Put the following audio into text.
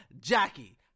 Jackie